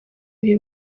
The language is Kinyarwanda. bihe